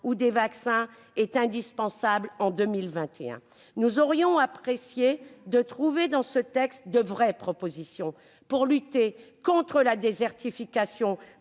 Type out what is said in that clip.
ou des vaccins. Nous aurions apprécié de trouver dans ce texte de vraies propositions pour lutter contre la désertification